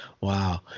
Wow